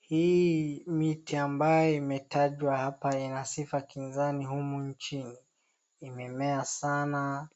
hii miti ambayo imetajwa hapa ina sifa kinzani humu nchini. Imemea sana...